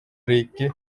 riiki